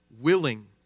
willing